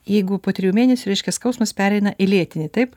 jeigu po trijų mėnesių reiškia skausmas pereina į lėtinį taip